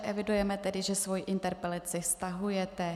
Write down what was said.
Evidujeme tedy, že svou interpelaci stahujete.